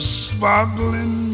sparkling